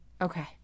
Okay